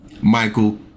Michael